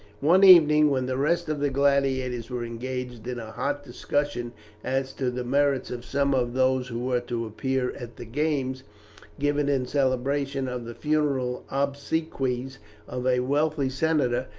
one evening, when the rest of the gladiators were engaged in a hot discussion as to the merits of some of those who were to appear at the games given in celebration of the funeral obsequies of a wealthy senator,